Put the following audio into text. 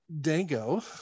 Dango